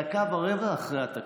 דקה ורבע אחרי התקציב.